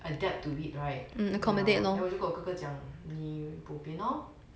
adapt to it right ya then 我就跟我哥哥讲你 bo pian lor